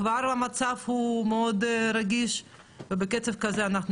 כבר המצב הוא מאוד רגיש ובקצב כזה אנחנו